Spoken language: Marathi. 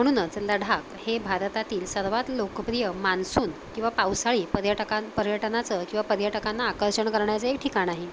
म्हणूनच लढाख हे भारतातील सर्वात लोकप्रिय मान्सून किंवा पावसाळी पर्यटकां पर्यटनाचं किंवा पर्यटकांना आकर्षण करण्याचं एक ठिकाण आहे